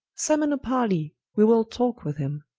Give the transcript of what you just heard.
summon a parley, we will talke with him.